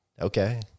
Okay